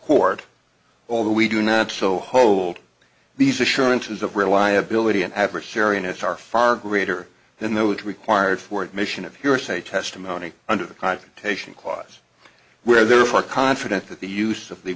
court although we do not so hold these assurances of reliability an adversary in its are far greater than those required for admission of hearsay testimony under the confrontation clause where there are confident that the use of the